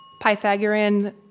Pythagorean